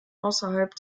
außerhalb